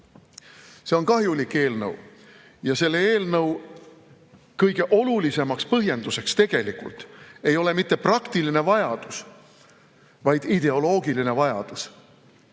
See on kahjulik eelnõu ja selle eelnõu kõige olulisemaks põhjenduseks ei ole mitte praktiline vajadus, vaid ideoloogiline vajadus.